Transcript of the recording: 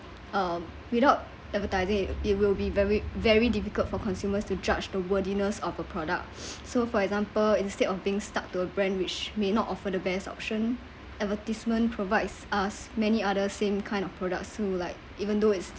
um without advertising it will be very very difficult for consumers to judge the worthiness of a product so for example instead of being stuck to a brand which may not offer the best option advertisement provides us many other same kind of product so like even though it's